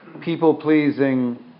people-pleasing